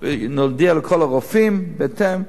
ונודיע לכל הרופאים בהתאם.